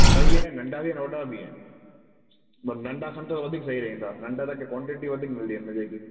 ॿई आहिनि नंढा बि आहिनि वॾा बि आहिनि पर नंढा खण त वधीक सही रहंदा नंढा तव्हांखे क्वांटिटी वधीक मिलंदी हिनमें जेकी